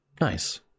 Nice